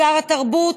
ושר התרבות,